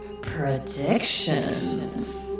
Predictions